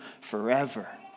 forever